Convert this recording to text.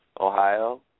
Ohio